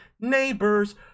neighbors